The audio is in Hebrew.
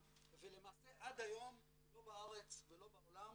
ולמעשה עד היום לא בארץ ולא בעולם